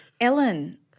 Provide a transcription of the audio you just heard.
Ellen